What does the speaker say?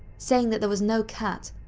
saying that there was no cat,